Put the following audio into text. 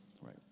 right